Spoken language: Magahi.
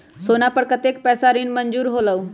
सोना पर कतेक पैसा ऋण मंजूर होलहु?